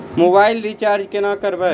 Mobile recharge केना करबै?